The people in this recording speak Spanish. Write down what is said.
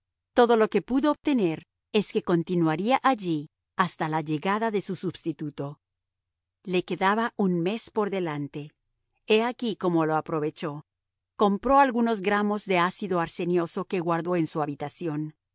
todo lo que pudo obtener es que continuaría allí hasta la llegada de su substituto le quedaba un mes por delante he aquí cómo lo aprovechó compró algunos gramos de ácido arsenioso que guardó en su habitación